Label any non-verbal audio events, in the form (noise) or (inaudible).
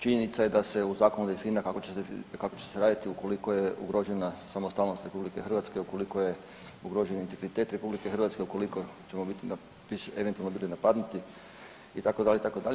Činjenica je da se u zakonu definira kako će se raditi ukoliko je ugrožena samostalnost RH, ukoliko je ugrožen ... (unintelligible) RH, ukoliko ćemo biti, eventualno bili napadnuti, itd., itd.